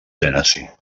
tennessee